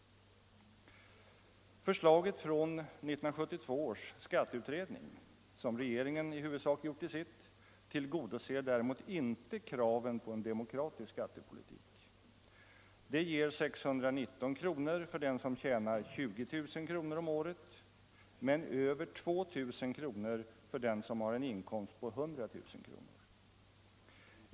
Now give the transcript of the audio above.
Förslaget från 1972 års skatteutredning, som regeringen i huvudsak har gjort till sitt, tillgodoser däremot inte kravet på en demokratisk skattepolitik. Det ger 619 kronor för den som tjänar 20 000 kronor om året, men det ger över 2 000 kronor för den som har en inkomst på 100 000 kronor.